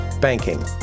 Banking